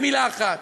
במילה אחת,